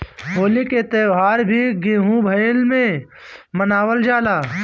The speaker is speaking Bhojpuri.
होली के त्यौहार भी गेंहू भईला पे मनावल जाला